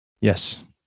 Yes